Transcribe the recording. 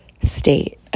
state